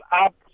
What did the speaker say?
up